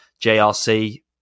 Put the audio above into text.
JRC